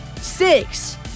six